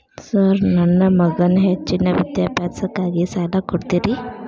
Sir ನನ್ನ ಮಗನ ಹೆಚ್ಚಿನ ವಿದ್ಯಾಭ್ಯಾಸಕ್ಕಾಗಿ ಸಾಲ ಕೊಡ್ತಿರಿ?